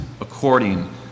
according